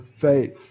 faith